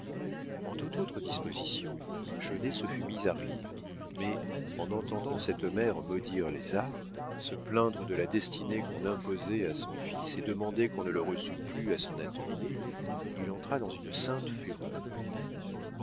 en toute autre disposition chaudet se fût mis à rire mais en entendant cette mère maudire les arts se plaindre de la destinée qu'on imposait à son fils et demander qu'on ne le reçût plus à son atelier il entra dans une sainte fureur